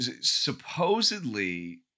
Supposedly